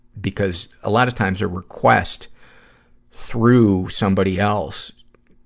because a lot of times, a request through somebody else,